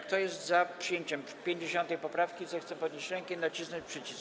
Kto jest za przyjęciem 50. poprawki, zechce podnieść rękę i nacisnąć przycisk.